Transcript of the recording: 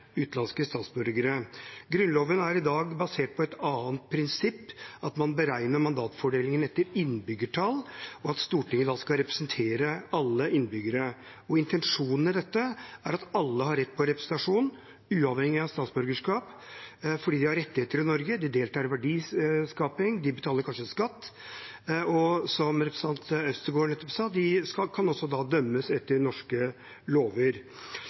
utenlandske statsborgere. Grunnloven er i dag basert på et annet prinsipp – at man beregner mandatfordelingen etter innbyggertall, og at Stortinget skal representere alle innbyggere. Intensjonen med dette er at alle har rett på representasjon, uavhengig av statsborgerskap, fordi man har rettigheter i Norge – de deltar i verdiskaping, de betaler kanskje skatt, og som representanten Øvstegård nettopp sa, kan de dømmes etter norske lover.